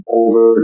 over